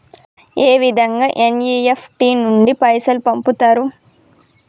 ఏ విధంగా ఎన్.ఇ.ఎఫ్.టి నుండి పైసలు పంపుతరు?